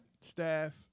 staff